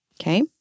Okay